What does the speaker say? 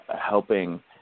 helping